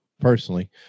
personally